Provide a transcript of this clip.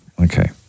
Okay